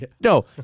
No